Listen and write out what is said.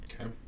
Okay